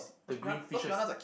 the green fishes